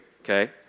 okay